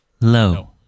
Low